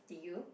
did you